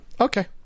Okay